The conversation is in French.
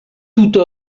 toute